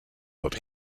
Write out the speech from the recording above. but